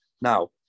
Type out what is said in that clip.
Now